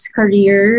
career